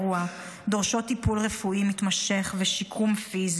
דורשות טיפול רפואי מתמשך ושיקום פיזי,